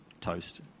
toast